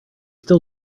still